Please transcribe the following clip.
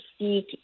seek